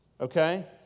okay